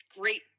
great